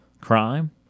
crime